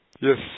Yes